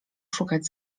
szukać